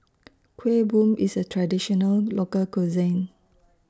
Kueh Bom IS A Traditional Local Cuisine